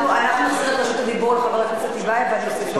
אנחנו נחזיר את רשות הדיבור לחבר הכנסת טיבייב ואני אוסיף לו,